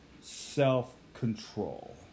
self-control